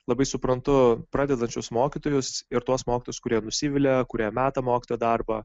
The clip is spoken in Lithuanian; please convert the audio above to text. labai suprantu pradedančius mokytojus ir tuos mokytojus kurie nusivilia kurie meta mokytojo darbą